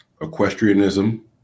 equestrianism